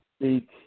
speak